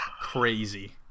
crazy